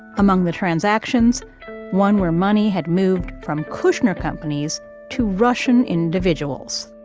among the transactions one where money had moved from kushner companies to russian individuals.